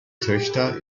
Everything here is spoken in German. töchter